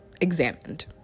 examined